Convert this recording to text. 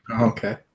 Okay